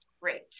Great